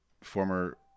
former